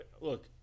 Look